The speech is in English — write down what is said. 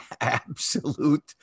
absolute